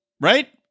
right